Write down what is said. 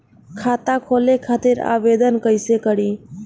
खाता खोले खातिर आवेदन कइसे करी?